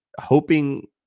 hoping